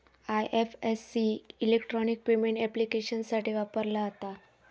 IFSC electronic payment ऍप्लिकेशन्ससाठी वापरला जाता